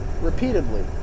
repeatedly